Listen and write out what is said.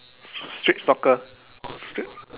st~ street soccer street